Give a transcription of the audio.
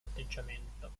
atteggiamento